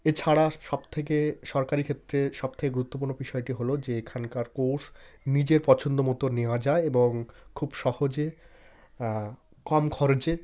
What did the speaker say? এছাড়া সব থেকে সরকারি ক্ষেত্রে সব থেকে গুরুত্বপূর্ণ বিষয়টি হলো যে এখানকার কোর্স নিজের পছন্দমতো নেওয়া যায় এবং খুব সহজে কম খরচে